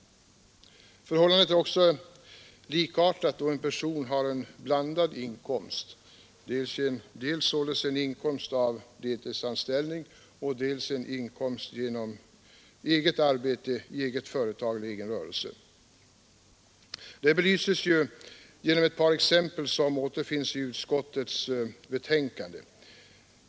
Förhållandet är likartat då en person har en blandad inkomst, bestående av inkomst av deltidsanställning och inkomst av arbete i eget företag. Detta belyses i ett par exempel som återfinns i utskottets betänkande.